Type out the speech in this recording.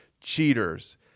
Cheaters